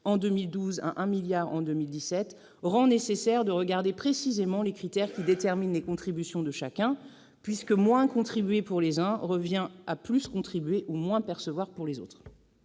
en 2012 à 1 milliard d'euros en 2017, rend nécessaire de regarder précisément les critères qui déterminent les contributions de chacun, puisque moins contribuer pour les uns revient à plus contribuer ou moins percevoir pour les autres.